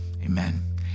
Amen